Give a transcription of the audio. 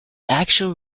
actual